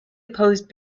opposed